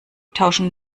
tauschen